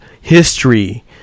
history